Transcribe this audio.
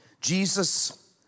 Jesus